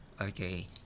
Okay